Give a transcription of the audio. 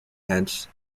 hence